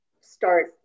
start